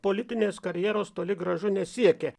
politinės karjeros toli gražu nesiekė